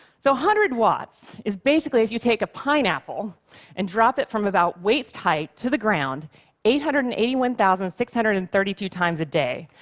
so one hundred watts is basically if you take a pineapple and drop it from about waist height to the ground eight hundred and eighty one thousand six hundred and thirty two times a day.